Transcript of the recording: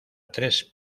tres